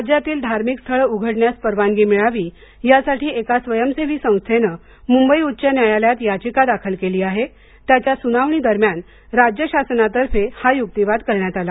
राज्यातील धार्मिक स्थळे उघडण्यास परवानगी मिळावी यासाठी एका स्वयंसेवी संस्थेनं मुंबई उच्च न्यायालयात याचिका दाखल केली आहे त्याच्या सुनावणी दरम्यान राज्यशासनातर्फे हा युक्तिवाद करण्यात आला